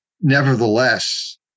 nevertheless